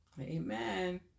Amen